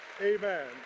Amen